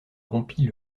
rompit